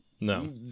No